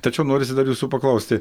tačiau norisi dar jūsų paklausti